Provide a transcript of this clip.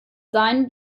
sein